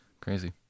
crazy